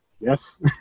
Yes